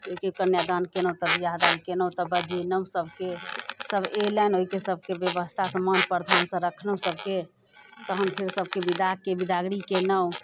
जेकि कन्यादान केलहुँ तऽ विवाह दान केलहुँ तऽ बजेलहुँ सभके सभ एलनि ओहिके सभकेँ व्यवस्थासँ मान प्रधान सँ रखलहुँ सभकेँ तखन फेर सभकेँ विदा के विदागरी केलहुँ